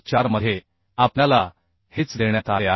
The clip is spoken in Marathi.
4 मध्ये आपल्याला हेच देण्यात आले आहे